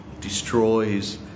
destroys